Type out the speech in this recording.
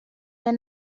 der